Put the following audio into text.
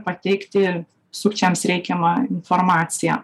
pateikti sukčiams reikiamą informaciją